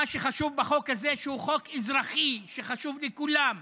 מה שחשוב בחוק הזה, שהוא חוק אזרחי שחשוב לכולם.